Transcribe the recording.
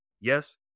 Yes